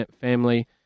family